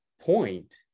point